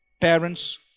parents